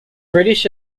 british